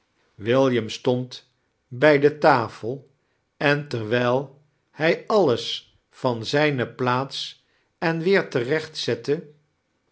william stand bij de tafel en terwijl hij alles van zijne plaats en weer tereoht zette